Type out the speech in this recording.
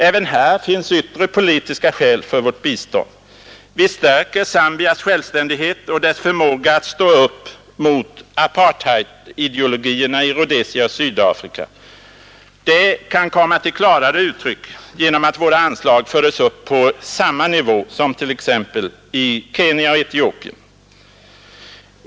Även här finns yttre politiska skäl för vårt bistånd — vi stärker Zambias självständighet och dess förmåga att stå upp mot apartheidideologierna i Rhodesia och Sydafrika. Detta kan komma klarare till uttryck genom att våra anslag föres upp på samma nivå som i t.ex. Kenya och Etiopien.